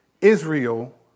Israel